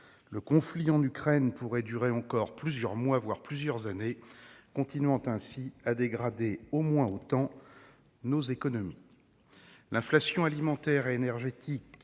Le conflit en Ukraine pourrait durer encore plusieurs mois, voire plusieurs années, continuant ainsi de dégrader nos économies. L'inflation alimentaire et énergétique